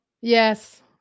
Yes